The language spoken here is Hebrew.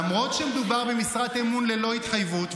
למרות שמדובר במשרת אמון ללא התחייבות,